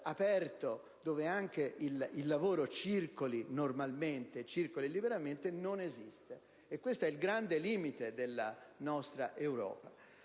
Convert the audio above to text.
aperto dove anche il lavoro circoli normalmente e liberamente, non esiste. Questo è il grande limite della nostra Europa.